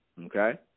Okay